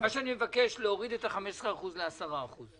אני מבקש להוריד את ה-15% ל-10%.